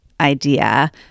idea